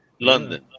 London